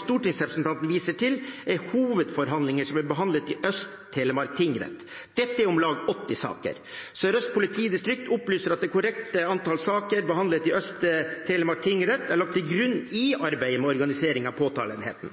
stortingsrepresentanten viser til, er hovedforhandlinger som blir behandlet i Øst-Telemark tingrett. Dette er om lag 80 saker. Sør-Øst politidistrikt opplyser at det korrekte antallet saker behandlet i Øst-Telemark tingrett er lagt til grunn i arbeidet med organisering av påtaleenheten.